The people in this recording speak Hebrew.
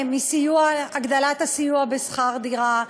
מהגדלת הסיוע בשכר דירה,